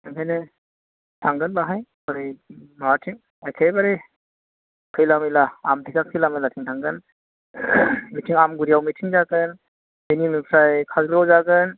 ओंखायनो थांगोन बाहाय हरै एखेबारे खैला मैला आमथेखा खैला मैला थिं थांगोन बिथिं आमगुरिआव मिथिं जागोन बेनि उननिफ्राय खाजोलगाव आव जागोन